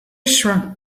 shrunk